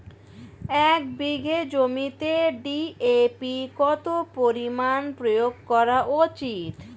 এক বিঘে জমিতে ডি.এ.পি কত পরিমাণ প্রয়োগ করা উচিৎ?